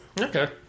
Okay